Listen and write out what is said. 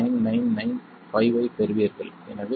9995 ஐப் பெறுவீர்கள் எனவே கெய்ன் 9